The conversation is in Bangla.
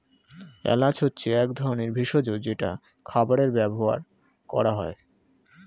এলাচ হচ্ছে এক ধরনের ভেষজ যেটা খাবারে ব্যবহার করা হয়